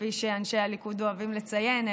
כפי שאנשי הליכוד אוהבים לציין,